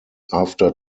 after